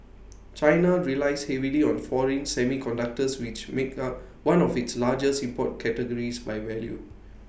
China relies heavily on foreign semiconductors which make up one of its largest import categories by value